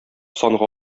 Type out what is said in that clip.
санга